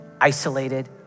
isolated